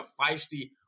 feisty